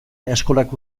eskolak